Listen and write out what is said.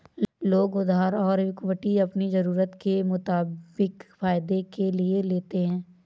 लोग उधार और इक्विटी अपनी ज़रूरत के मुताबिक फायदे के लिए लेते है